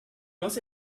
nos